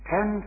Ten